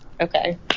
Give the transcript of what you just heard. okay